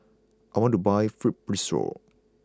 I want to buy Fibrosol